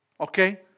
Okay